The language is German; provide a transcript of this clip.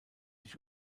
sich